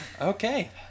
Okay